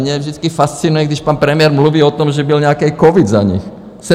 Mě vždycky fascinuje, když pan premiér mluví o tom, že byl nějaký covid za nich.